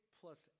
plus